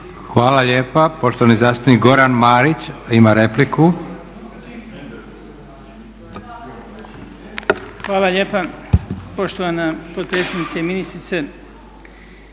Hvala lijepa. Poštovani zastupnik Goran Marić ima repliku. **Marić, Goran (HDZ)** Hvala lijepa. Poštovana potpredsjednice i ministrice